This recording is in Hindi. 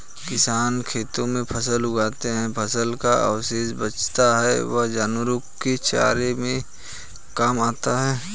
किसान खेतों में फसल उगाते है, फसल का अवशेष बचता है वह जानवरों के चारे के काम आता है